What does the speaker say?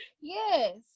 Yes